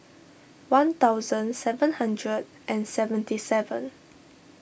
one thousand seven hundred and seventy seven